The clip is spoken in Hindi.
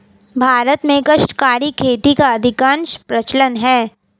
भारत में काश्तकारी खेती का अधिकांशतः प्रचलन है